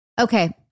Okay